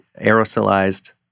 aerosolized